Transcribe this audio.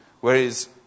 Whereas